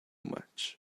much